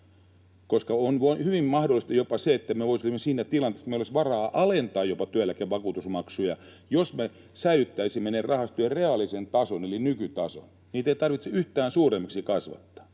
On hyvin mahdollista jopa se, että me voisimme olla siinä tilanteessa, että meillä olisi varaa jopa alentaa työeläkevakuutusmaksuja, jos me säilyttäisimme niiden rahastojen reaalisen tason eli nykytason. Niitä ei tarvitse yhtään suuremmiksi kasvattaa.